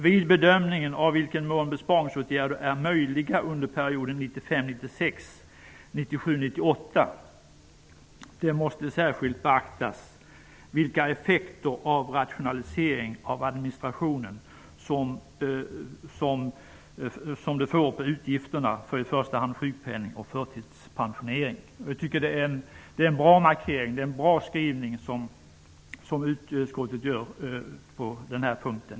Vid bedömningen av i vilken mån besparingsåtgärder är möjliga under perioden 1995 98 måste särskilt beaktas vilka effekter en rationalisering av administrationen får på utgifterna för i första hand sjukpenning och förtidspension.'' Det är en bra markering som utskottet gör med en sådan skrivning på denna punkt.